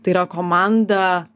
tai yra komanda